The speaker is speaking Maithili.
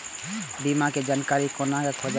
बीमा के जानकारी कोना खोजब?